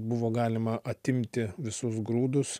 buvo galima atimti visus grūdus